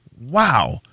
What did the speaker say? wow